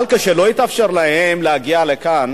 אבל, כשלא התאפשר להם להגיע לכאן